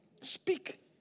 Speak